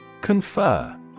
Confer